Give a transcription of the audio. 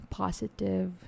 positive